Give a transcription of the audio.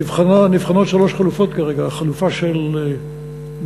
נבחנות שלוש חלופות כרגע: החלופה של מתנול,